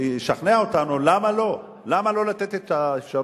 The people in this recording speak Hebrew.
ולשכנע אותנו למה לא, למה לא לתת את האפשרות